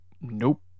nope